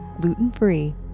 gluten-free